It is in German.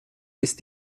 ist